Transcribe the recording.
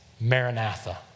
Maranatha